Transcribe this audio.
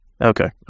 Okay